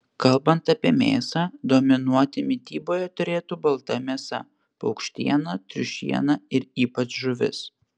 kalbant apie mėsą dominuoti mityboje turėtų balta mėsa paukštiena triušiena ir ypač žuvis